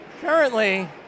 Currently